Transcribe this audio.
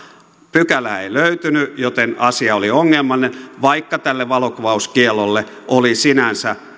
pykälää ei löytynyt joten asia oli ongelmallinen vaikka tälle valokuvauskiellolle oli sinänsä